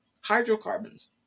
hydrocarbons